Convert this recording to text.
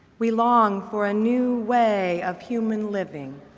we long for a new way of human living,